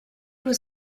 was